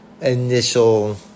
initial